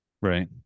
Right